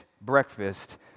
breakfast